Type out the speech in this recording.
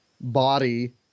body